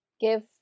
give